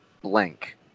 blank